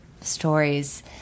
stories